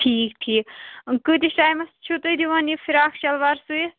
ٹھیٖک ٹھیٖک کۭتِس ٹایمَس چھُو تُہۍ دِوان یہِ فِراک شَلوار سُیِتھ